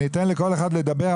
אני אתן לכל אחד לדבר,